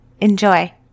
Enjoy